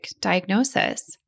diagnosis